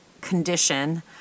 condition